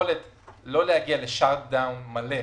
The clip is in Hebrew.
ומבחינת היכולת לא להגיע ל-shut down מלא.